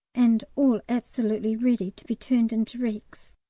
and all absolutely ready to be turned into wrecks.